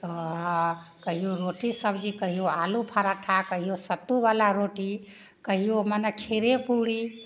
तऽ कहियो रोटी सब्जी कहियो आलू पराठा कहियो सत्तूवला रोटी कहियो मने खीरे पूड़ी